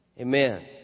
Amen